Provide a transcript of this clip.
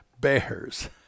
bears